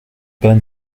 pas